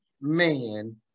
man